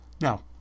Now